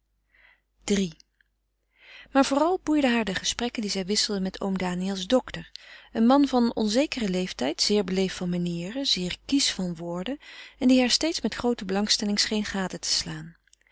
iii maar vooral boeiden haar de gesprekken die zij wisselde met oom daniëls dokter een man van onzekeren leeftijd zeer beleefd van manieren zeer kiesch van woorden en die haar steeds met groote belangstelling scheen gade te slaan